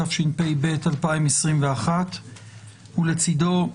התשפ"ב 2021; ולצידו,